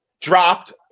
dropped